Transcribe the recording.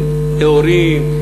שהם נאורים,